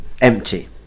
empty